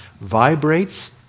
vibrates